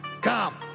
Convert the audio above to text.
Come